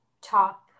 top